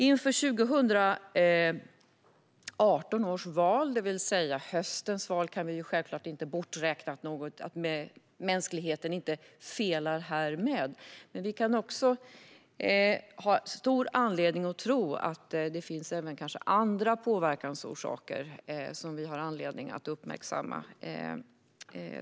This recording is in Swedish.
Inför 2018 års val, det vill säga i höst, kan vi självklart inte räkna bort risken att mänskligheten felar även denna gång, men vi har även stor anledning att tro att det kan finnas annat kan komma att påverka i olika former och som vi har anledning att uppmärksamma.